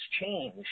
change